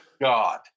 God